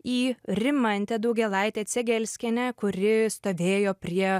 į rimantę daugėlaitę cegelskienę kuri stovėjo prie